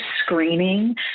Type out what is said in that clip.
screening